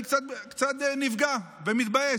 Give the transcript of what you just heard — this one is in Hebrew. אני קצת נפגע ומתבאס.